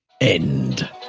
End